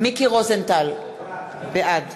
מיקי רוזנטל, בעד